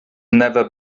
never